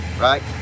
right